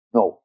no